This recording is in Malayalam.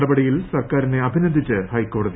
നടപടിയിൽ സർക്കാരിനെ അഭിനന്ദിച്ച് ഹൈക്കോട്ടതി